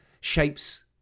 shapes